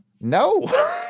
No